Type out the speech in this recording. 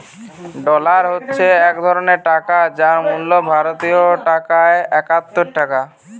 dollar হচ্ছে এক ধরণের টাকা যার মূল্য ভারতীয় টাকায় একাত্তর টাকা